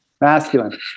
masculine